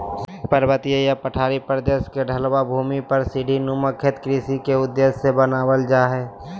पर्वतीय या पहाड़ी प्रदेश के ढलवां भूमि पर सीढ़ी नुमा खेत कृषि के उद्देश्य से बनावल जा हल